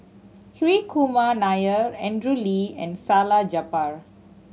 Hri Kumar Nair Andrew Lee and Salleh Japar